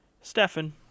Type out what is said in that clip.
Stefan